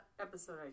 episode